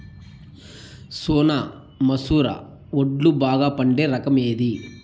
సోనా మసూర వడ్లు బాగా పండే రకం ఏది